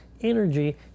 energy